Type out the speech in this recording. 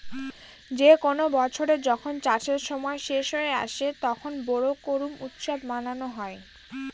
যে কোনো বছরে যখন চাষের সময় শেষ হয়ে আসে, তখন বোরো করুম উৎসব মানানো হয়